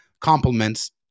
compliments